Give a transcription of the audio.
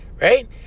Right